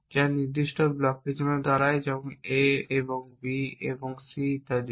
যা নির্দিষ্ট ব্লকের জন্য দাঁড়ায় যেমন a এবং b এবং c ইত্যাদি